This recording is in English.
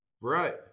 Right